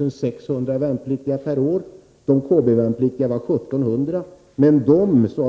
2 600 värnpliktiga per år, och av dessa är 1 700 kompanibefälselever.